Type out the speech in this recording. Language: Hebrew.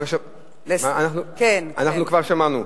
כבר שמענו.